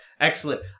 excellent